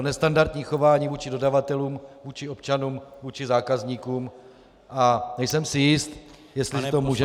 Nestandardní chování vůči dodavatelům, vůči občanům, vůči zákazníkům, a nejsem si jist, jestli to můžeme